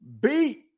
beat